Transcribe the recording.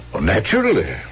Naturally